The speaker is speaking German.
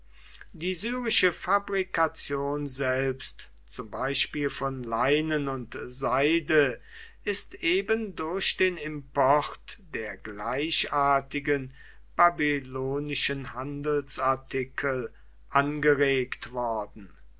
die syrische fabrikation selbst zum beispiel von leinen und seide ist eben durch den import der gleichartigen babylonischen handelsartikel angeregt worden